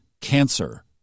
cancer